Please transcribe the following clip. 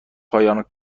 پایان